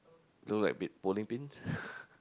look like a bit bowling pins